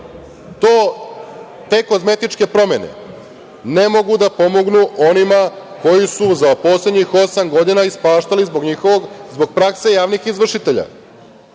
To te kozmetičke promene ne mogu da pomognu onima koji su za poslednjih osam godina ispaštali zbog prakse javnih izvršitelja,